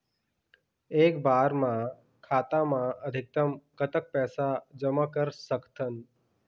एक बार मा खाता मा अधिकतम कतक पैसा जमा कर सकथन?